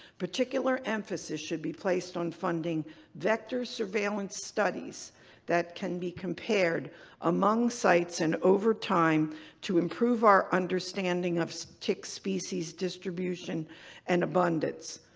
particular emphasis should be placed on funding vector surveillance studies that can be compared among sites and over time to improve our understanding of so tick species distribution and abundance.